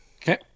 Okay